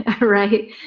right